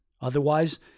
otherwise